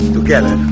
Together